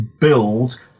build